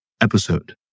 episode